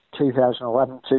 2011